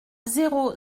zéro